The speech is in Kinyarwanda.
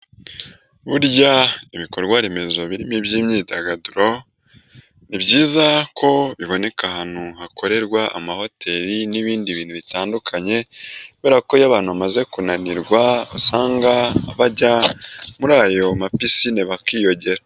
Burya ibikorwaremezo birimo iby'imyidagaduro, ni byiza ko biboneka ahantu hakorerwa amahoteli n'ibindi bintu bitandukanye kubera ko iyo abantu bamaze kunanirwa usanga bajya muri ayo ma pisine bakiyogera.